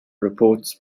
reports